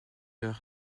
leur